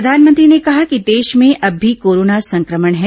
प्रधानमंत्री ने कहा कि देश में अँब भी कोरोना संक्रमण है